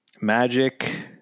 magic